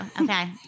Okay